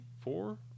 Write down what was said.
four